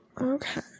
Okay